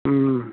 हम्म